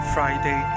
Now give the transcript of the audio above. Friday